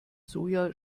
soja